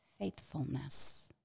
faithfulness